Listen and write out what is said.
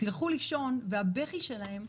תלכו לישון" הבכי שלהם,